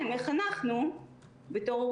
אנחנו מאוד מאוד מאוד מקווים.